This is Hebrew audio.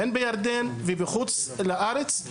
בירדן ובחוץ לארץ.